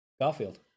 Garfield